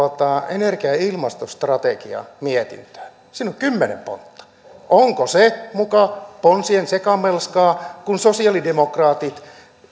energia ja ilmastostrategiamietintöön niin siinä on kymmenen pontta onko se muka ponsien sekamelskaa kun sosiaalidemokraatit